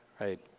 right